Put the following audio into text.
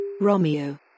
Romeo